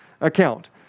account